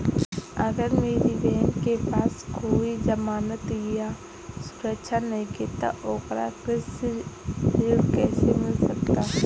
अगर मेरी बहन के पास कोई जमानत या सुरक्षा नईखे त ओकरा कृषि ऋण कईसे मिल सकता?